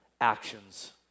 actions